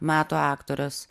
metų aktorės